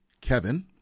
Kevin